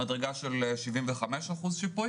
מדרגה של שבעים וחמישה אחוז שיפוי,